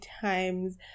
times